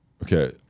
Okay